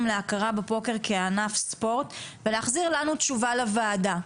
להכרה בפוקר כענף ספורט ולהחזיר לנו תשובה לוועדה.